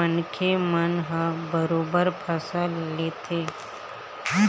मनखे मन ह बरोबर फसल लेथे